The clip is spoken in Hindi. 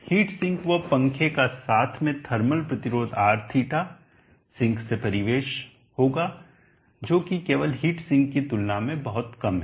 हीट सिंक व पंखे का साथ में थर्मल प्रतिरोध Rθ सिंक से परिवेश होगा जो कि केवल हीट सिंक की तुलना में बहुत कम है